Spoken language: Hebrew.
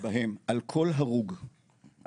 שבהם על כל הרוג יש,